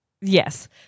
Yes